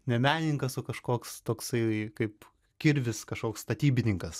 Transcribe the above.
ne menininkas o kažkoks toksai kaip kirvis kažkoks statybininkas